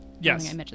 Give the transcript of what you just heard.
yes